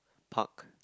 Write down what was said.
park